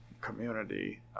community